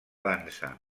dansa